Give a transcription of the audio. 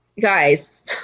Guys